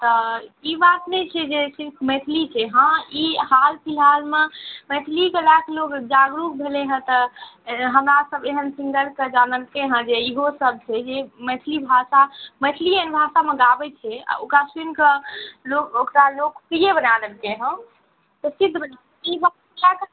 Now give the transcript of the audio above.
तऽ ई बात नहि छै जे सिर्फ मैथिली छै हँ ई हाल फिलहालमे मैथिलीके लऽ कऽ लोक जागरूक भेलै हँ तऽ हमरासब एहन सुन्दरसँ जानलकै हँ जे इहो सब छै मैथिली भाषा मैथिलिए भाषामे गाबै छै आओर ओकरा सुनिके लोक ओकरा लोकप्रिय बना देलकै हँ प्रसिद्ध बना देलकै हँ